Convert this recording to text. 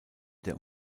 der